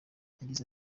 yagize